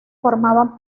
formaban